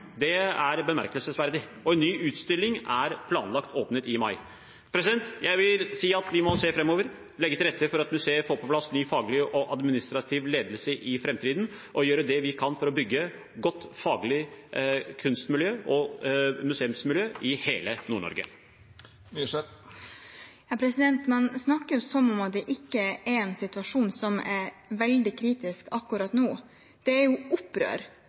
Det er bemerkelsesverdig. Og en ny utstilling er planlagt åpnet i mai. Jeg vil si at vi må se framover, legge til grunn at museet får på plass en ny faglig og administrativ ledelse i framtiden og gjøre det vi kan for å bygge et godt faglig kunst- og museumsmiljø i hele Nord-Norge. Man snakker som om det ikke er en situasjon som er veldig kritisk akkurat nå. Det er opprør